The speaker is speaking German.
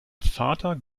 vater